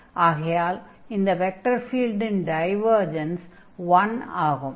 ஆகையால் இந்த வெக்டர் ஃபீல்டின் டைவர்ஜன்ஸ் 1 ஆகும்